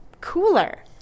cooler